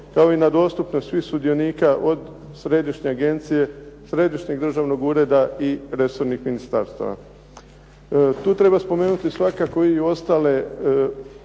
kao i na dostupnost svih sudionika od Središnje agencije, Središnjeg državnog ureda i resornih ministarstava. Tu treba spomenuti svakako i ostale